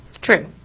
True